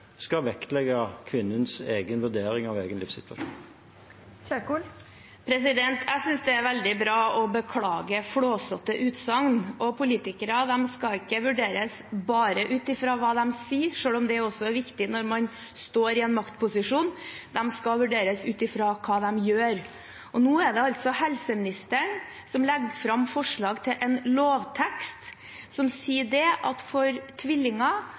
skal vektlegge kvinnens egen vurdering av livssituasjonen. Jeg synes det er veldig bra å beklage flåsete utsagn. Politikere skal ikke vurderes bare ut fra hva de sier – selv om det også er viktig når man står i en maktposisjon – de skal vurderes ut fra hva de gjør. Nå er det altså helseministeren som legger fram forslag til en lovtekst som sier at når det gjelder tvillinger, skal man ikke skjele til at